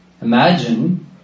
imagine